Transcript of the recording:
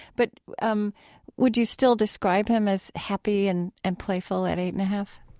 but um would you still describe him as happy and and playful at eight and a half?